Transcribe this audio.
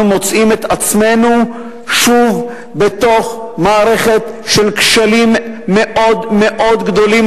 אנחנו מוצאים את עצמנו שוב בתוך מערכת של כשלים מאוד מאוד גדולים,